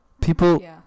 People